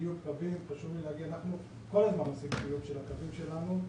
כפילות קווים אנחנו עושים כל הזמן בדיקה של הקווים שלנו.